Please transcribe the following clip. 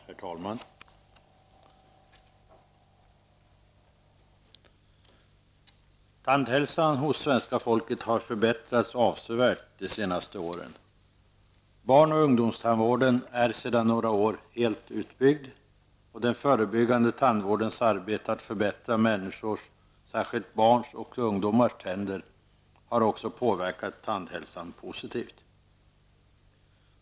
Herr talman! Tandhälsan hos svenska folket har förbättrats avsevärt de senaste åren. Barn och ungdomstandvården är sedan några år helt utbyggd. Den förebyggande tandvårdens arbete på att förbättra människors -- särskilt barns och ungdomars -- tänder har också påverkat tandhälsan positivt.